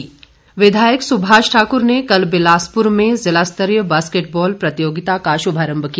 सभाष ठाकर विधायक सुभाष ठाकुर ने कल बिलासपुर में ज़िला स्तरीय बास्केटबॉल प्रतियोगिता का श्भारम्भ किया